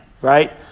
right